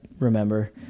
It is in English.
remember